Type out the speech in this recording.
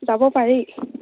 যাব পাৰি